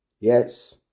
Yes